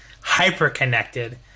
hyper-connected